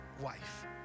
wife